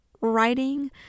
writing